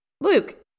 Luke